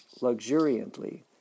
luxuriantly